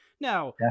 Now